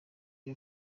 iyo